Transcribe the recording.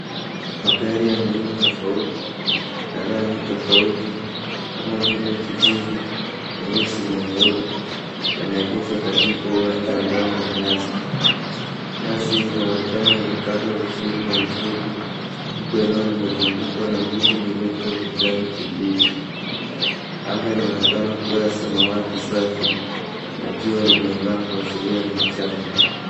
Magari ya muundo tofauti na rangi tofauti kama vile kijivu , nyeusi na nyeupe yameegeshwa katika uwanja ambao una nyasi. Nyasi inaonekana imekatwa vizuri na ni fupi huku eneo limezungukwa na miti mirefu ya kijani kibichi. Anga inaonekana kuwa ya samawati safi na jua limeng'aa kuashiria ni mchana.